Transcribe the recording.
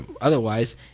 otherwise